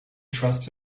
trust